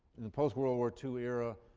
in the post-world war two era,